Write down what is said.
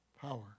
power